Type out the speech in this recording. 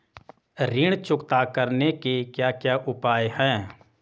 ऋण चुकता करने के क्या क्या उपाय हैं?